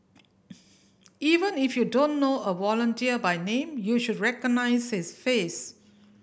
even if you don't know a volunteer by name you should recognise his face